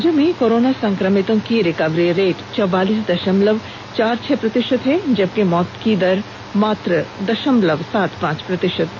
राज्य में कोरोना संक्रमितों की रिकवरी रेट चौवालीस दशमलव चार छह प्रतिशत है जबकि मौत की दर मात्र दशमलव सात पांच प्रतिशत है